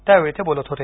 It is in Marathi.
त्यावेळी ते बोलत होते